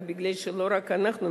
אבל בגלל שלא רק אנחנו,